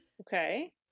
Okay